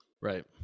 right